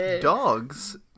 Dogs